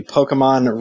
Pokemon